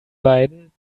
beiden